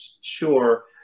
sure